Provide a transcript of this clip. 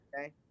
Okay